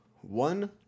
one